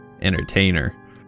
entertainer